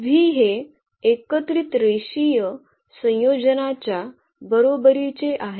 v हे एकत्रित रेषीय संयोजनाच्या बरोबरीचे आहे